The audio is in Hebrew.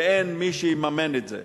ואין מי שיממן את זה.